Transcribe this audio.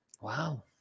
Wow